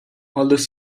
although